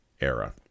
era